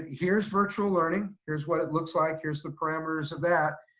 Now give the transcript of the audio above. and here's virtual learning. here's what it looks like, here's the parameters of that.